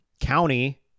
County